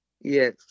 Yes